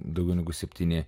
daugiau negu septyni